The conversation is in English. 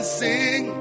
sing